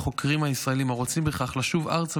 לחוקרים הישראלים הרוצים בכך לשוב ארצה